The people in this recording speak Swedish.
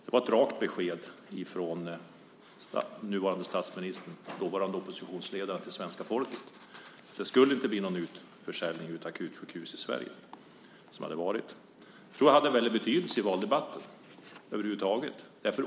Det var ett rakt besked från nuvarande statsministern, dåvarande oppositionsledaren, till svenska folket. Det skulle inte bli någon utförsäljning av akutsjukhus i Sverige. Jag tror att det hade en väldig betydelse i valdebatten.